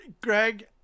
Greg